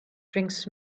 drinks